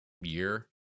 year